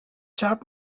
chap